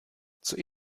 zur